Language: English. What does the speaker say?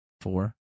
Four